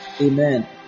amen